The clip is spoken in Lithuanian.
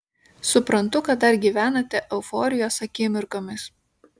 suprantu kad dar gyvenate euforijos akimirkomis